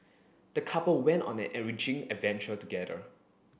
the couple went on an enriching adventure together